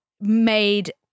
made